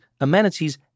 amenities